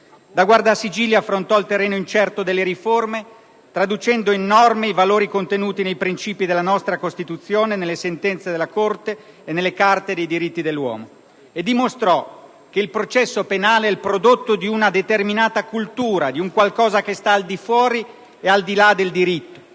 da Guardasigilli affrontò il terreno incerto delle riforme, traducendo in norme i valori contenuti nei principi della nostra Costituzione, nelle sentenze della Corte e nelle Carte dei diritti dell'uomo. Inoltre, dimostrò che il processo penale è il prodotto di una determinata cultura, di un qualcosa che sta al di fuori e al di là del diritto.